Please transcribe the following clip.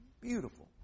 beautiful